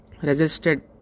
resisted